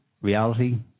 reality